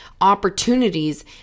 opportunities